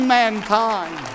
mankind